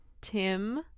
Tim